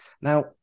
now